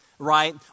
right